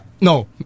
no